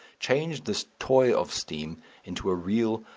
changed this toy of steam into a real,